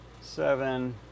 seven